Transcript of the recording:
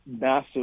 massive